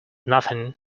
nothing